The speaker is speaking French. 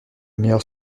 meilleur